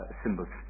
symbols